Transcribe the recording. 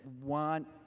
want